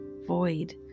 void